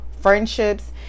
Friendships